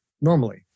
normally